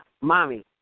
Mommy